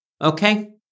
Okay